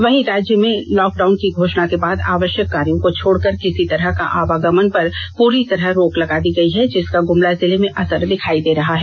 वहीं राज्य में लाक डाउन की घोषणा के बाद आवश्यक कार्यों को छोड़कर किसी तरह का आवागमन पर पूरी तरह रोक लगा दी गई है जिसका गुमला जिले में असर दिखाई दे रहा है